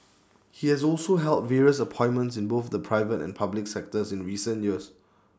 he has also held various appointments in both the private and public sectors in the recent years